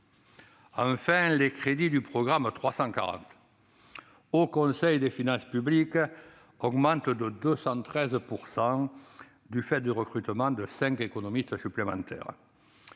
Enfin, les crédits du programme 340, « Haut Conseil des finances publiques » augmentent de 213 % du fait du recrutement de cinq économistes supplémentaires.